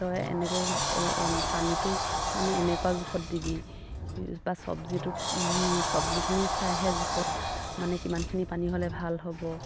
তই এনেকে এন পানীটো মানে এনেকুৱা জোখত দিবি বা চব্জিটোত চব্জিখিনি চাইহে জোখত মানে কিমানখিনি পানী হ'লে ভাল হ'ব